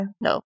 No